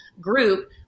group